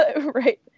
right